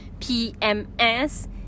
PMS